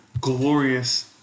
glorious